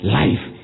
life